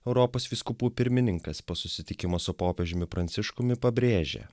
europos vyskupų pirmininkas po susitikimo su popiežiumi pranciškumi pabrėžė